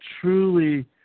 truly